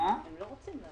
הם לא רוצים להעביר.